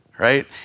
Right